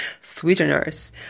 sweeteners